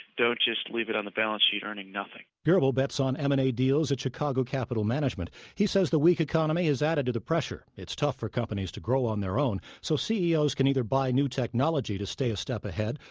don't just leave it on the balance sheet earning nothing gerbel bets on m and a deals at chicago capital management. he says the weak economy has added to the pressure. it's tough for companies to grow on their own, so ceos can either buy new technology to stay a step ahead,